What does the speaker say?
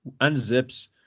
unzips